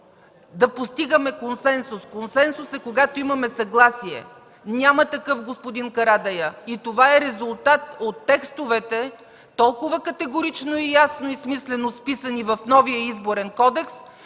че постигаме консенсус. „Консенсус” е, когато имате съгласие. Няма такъв, господин Карадайъ. Това е резултат от текстове, толкова категорично, ясно и смислено разписани в новия Изборен кодекс,